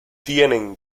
tienen